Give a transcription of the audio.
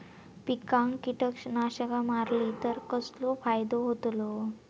पिकांक कीटकनाशका मारली तर कसो फायदो होतलो?